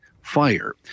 fire